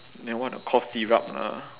that one a cough syrup lah